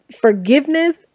forgiveness